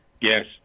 Yes